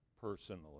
personally